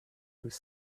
could